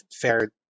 fared